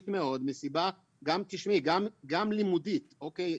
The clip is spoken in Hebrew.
תשמעי, גם לימודית, אוקיי?